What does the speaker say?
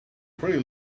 pretty